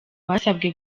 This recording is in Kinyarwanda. basabwe